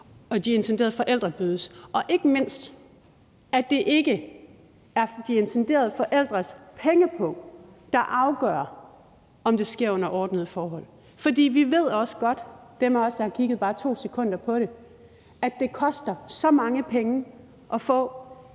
som de intenderede forældre bydes, og ikke mindst, at det ikke er de intenderede forældres pengepung, der afgør, om det sker under ordnede forhold. For dem af os, der har kigget bare 2 sekunder på det, ved også godt, at det koster så mange penge at få